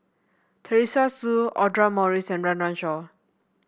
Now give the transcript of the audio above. Teresa Hsu Audra Morrice and Run Run Shaw